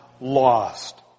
lost